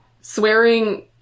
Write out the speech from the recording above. swearing